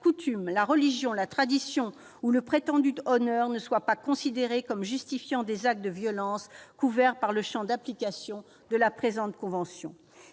coutume, la religion, la tradition ou le prétendu " honneur " ne soient pas considérés comme justifiant des actes de violence couverts par le champ d'application de la présente convention.